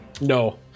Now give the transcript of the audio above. No